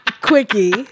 Quickie